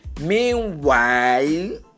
meanwhile